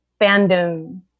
fandom